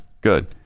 good